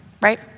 right